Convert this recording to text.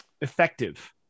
effective